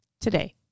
today